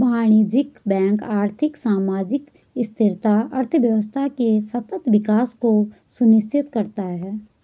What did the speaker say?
वाणिज्यिक बैंक आर्थिक, सामाजिक स्थिरता, अर्थव्यवस्था के सतत विकास को सुनिश्चित करता है